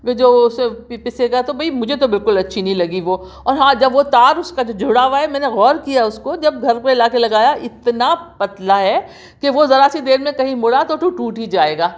بھائی جو اُسے پسے گا تو بھائی مجھے تو بالکل اچھی نہیں لگی وہ اور ہاں جب وہ تار اُس کا جو جڑا ہُوا ہے میں نے غور کیا اُس کو جب گھر پہ لا کے لگایا اتنا پتلا ہے کہ وہ ذرا سی دیر میں کہیں مُڑا تو ٹوٹ ہی جائے گا